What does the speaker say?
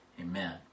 Amen